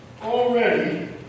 Already